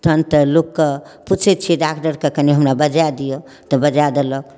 तखन तऽ लोककेँ पूछैत छियै डागदरके कनि हमरा बजाए दिअ तऽ बजाए देलक